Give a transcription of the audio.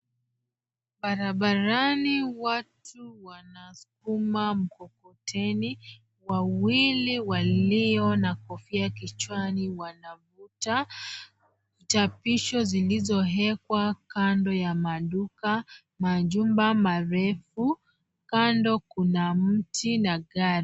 Barabarani watu wanskuma mkokoteni, wawili walio na kofia kichwani wanavuta. Chapisho zilizowekwa kando ya maduka majumba marefu kando kuna mti na gari.